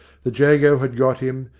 the jago had got him,